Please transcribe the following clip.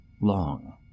long